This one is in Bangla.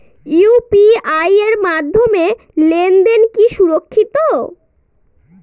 ইউ.পি.আই এর মাধ্যমে লেনদেন কি সুরক্ষিত?